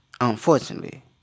Unfortunately